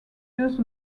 used